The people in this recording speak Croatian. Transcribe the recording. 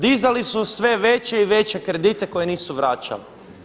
Dizali su sve veće i veće kredite koje nisu vraćali.